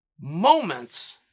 Moments